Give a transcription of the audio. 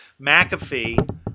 McAfee